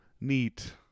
Neat